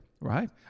right